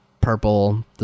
purple